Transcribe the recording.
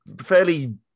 fairly